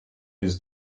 his